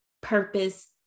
Purpose